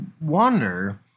wonder